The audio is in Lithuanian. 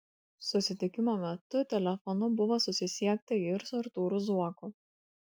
susitikimo metu telefonu buvo susisiekta ir su artūru zuoku